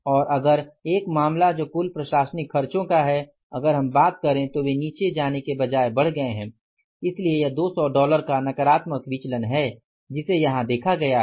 और अगर एक मामला जो कुल प्रशासनिक खर्चों का है अगर हम बात करें तो वे नीचे जाने के बजाय बढ़ गए हैं इसलिए यह 200 डॉलर का नकारात्मक विचलन है जिसे यहां देखा गया है